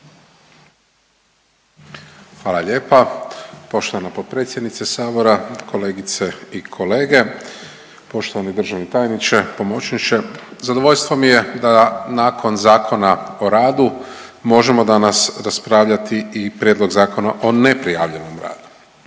Hvala lijepa poštovani potpredsjednice Sabora, kolegice i kolege, poštovani državni tajniče, pomoćniče. Zadovoljstvo mi je da nakon ZOR-a, možemo danas raspravljati i Prijedlog Zakona o neprijavljenom radu.